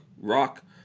rock